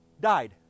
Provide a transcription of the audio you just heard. died